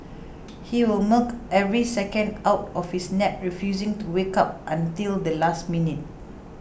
he will milk every second out of his nap refusing to wake up until the last minute